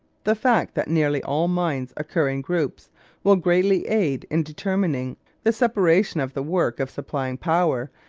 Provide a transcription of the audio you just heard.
the fact that nearly all mines occur in groups will greatly aid in determining the separation of the work of supplying power,